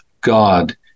god